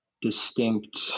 distinct